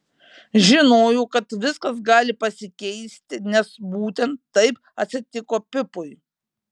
žinojau kad viskas gali pasikeisti nes būtent taip atsitiko pipui